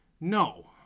No